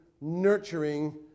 nurturing